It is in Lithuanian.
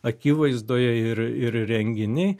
akivaizdoje ir ir renginiai